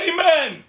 Amen